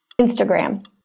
Instagram